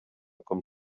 com